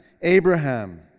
Abraham